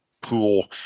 pool